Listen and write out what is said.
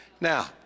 Now